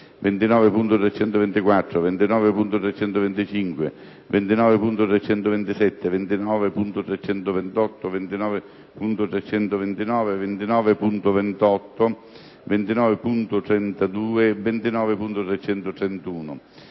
29.324, 29.325, 29.327, 29.328, 29.329, 29.28,